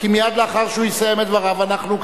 כי מייד לאחר שהוא יסיים את דבריו אנחנו,